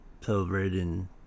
celebrating